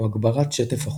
או הגברת שטף החוצה.